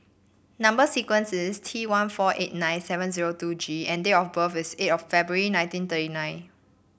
number sequence is T one four eight nine seven zero two G and date of birth is eight of February nineteen thirty nine